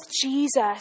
Jesus